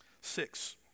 Six